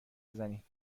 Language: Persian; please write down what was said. بزنید